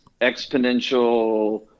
exponential